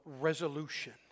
resolution